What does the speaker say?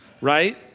right